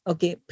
Okay